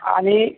आणि